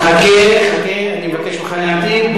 חכה, חכה, אני מבקש ממך להמתין.